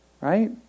right